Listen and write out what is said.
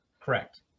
Correct